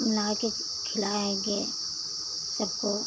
मिलाई के खिलाएँगे सबको